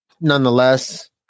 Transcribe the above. nonetheless